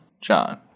john